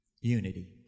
unity